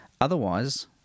Otherwise